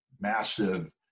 massive